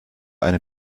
eine